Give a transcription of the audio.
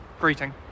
greeting